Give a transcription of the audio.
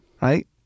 Right